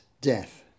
death